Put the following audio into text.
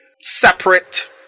separate